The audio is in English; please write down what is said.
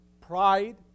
pride